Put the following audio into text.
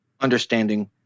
understanding